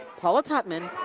paula tutman,